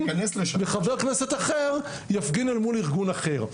וחבר כנסת אחר יפגין אל מול ארגון אחר,